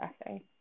essay